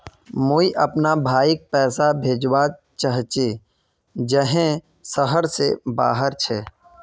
मुई अपना भाईक पैसा भेजवा चहची जहें शहर से बहार छे